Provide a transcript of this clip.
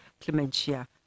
Clementia